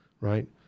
right